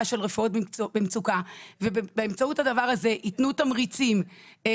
של רפואה במצוקה ובאמצעות הדבר הזה יתנו תמריצים על